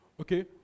okay